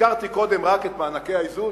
הזכרתי קודם רק את מענקי האיזון,